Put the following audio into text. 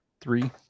three